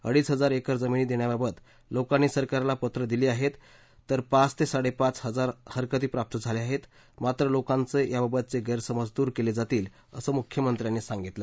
अडीच हजार एकर जमीन देण्याबाबत लोकांनी सरकारला पत्र दिली आहेत तर पाच ते साडेपाच हजार हरकती प्राप्त झाल्या आहेत मात्र लोकांचे याबाबतचे गैरसमज दूर केले जातील असं मुख्यमंत्र्यांनी सांगितलं